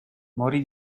morì